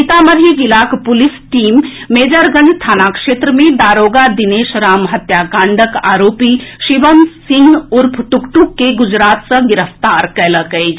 सीतामढ़ी जिलाक police team Majorganj थाना क्षेत्र मे दारोगा दिनेश राम हत्याकांडक आरोपी शिवम सिंह उर्फ टुकटुक के गुजरात सँ गिरफ्तार कएलक अछि